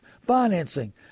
financing